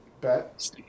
Bet